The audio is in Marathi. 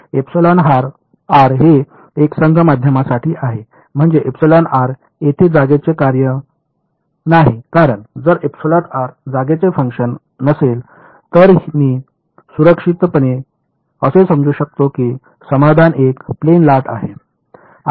नाही हे एकसंध माध्यमासाठी आहे म्हणजे एप्सिलॉन आर येथे जागेचे कार्य नाही कारण जर जागेचे फंक्शन नसेल तर मी सुरक्षितपणे असे समजू शकतो की समाधान एक प्लेन लाट आहे